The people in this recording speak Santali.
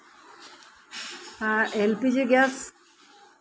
L P G gas